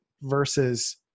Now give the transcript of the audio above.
versus